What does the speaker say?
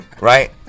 right